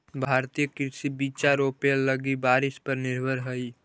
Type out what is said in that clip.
भारतीय कृषि बिचा रोपे लगी बारिश पर निर्भर हई